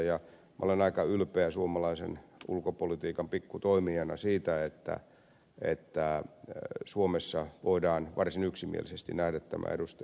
ja olen aika ylpeä suomalaisen ulkopolitiikan pikku toimijana siitä että suomessa voidaan varsin yksimielisesti nähdä tämä ed